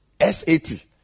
S80